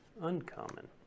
uncommon